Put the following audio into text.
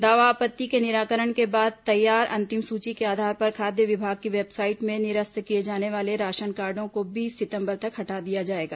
दावा आपत्ति के निराकरण के बाद तैयार अंतिम सूची के आधार पर खाद्य विभाग की वेबसाइट में निरस्त किए जाने वाले राशन कार्डों को बीस सितंबर तक हटा दिया जाएगा